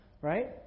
Right